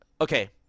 Okay